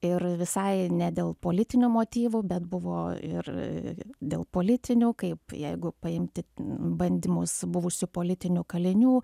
ir visai ne dėl politinių motyvų bet buvo ir dėl politinių kaip jeigu paimti bandymus buvusių politinių kalinių